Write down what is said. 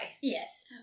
Yes